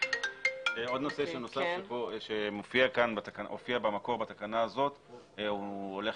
נושא נוסף שהופיע במקור בתקנה הזאת והולך